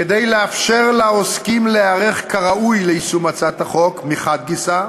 כדי לאפשר לעוסקים להיערך כראוי ליישום הצעת החוק מחד גיסא,